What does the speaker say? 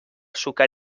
sucar